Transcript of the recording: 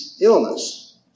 illness